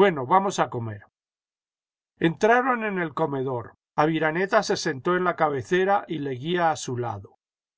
bueno vamos a comer entraron en el comedor aviraneta se sentó en la cabecera y leguía a su lado